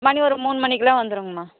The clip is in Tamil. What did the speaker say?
மணி ஒரு மூணு மணிக்குலாம் வந்துருங்கம்மா